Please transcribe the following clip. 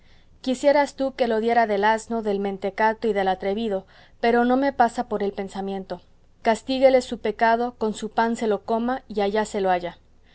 quisieras tú que lo diera del asno del mentecato y del atrevido pero no me pasa por el pensamiento castíguele su pecado con su pan se lo coma y allá se lo haya